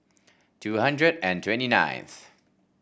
two hundred and twenty ninth